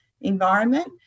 environment